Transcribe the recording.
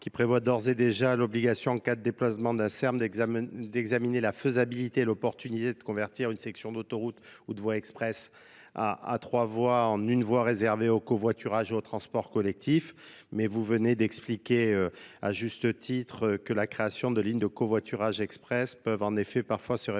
qui prévoit d'ores et déjà l'obligation en cas de déplacement d'un serme d'examiner la faisabilité et l'opportunité de convertir une section d'autoroutes ou de voie express à trois voies en une voie réservée au covoiturage au transport collectif, mais vous venez d'expliquer à juste titre que la création de lignes de covoiturage express peuvent en effet parfois se révéler